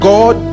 God